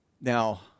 Now